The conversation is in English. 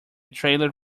trailer